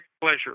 pleasure